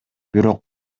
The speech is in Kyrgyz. бирок